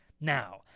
Now